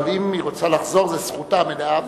אבל אם היא רוצה לחזור זאת זכותה המלאה,